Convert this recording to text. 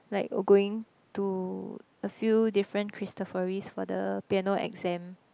like oh going to a few different Cristoforis for the piano exam